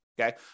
Okay